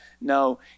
No